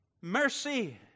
mercy